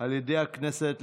על ידי הכנסת,